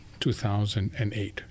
2008